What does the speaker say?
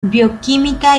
bioquímica